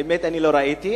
האמת היא שלא ראיתי,